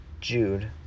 Jude